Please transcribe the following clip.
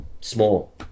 small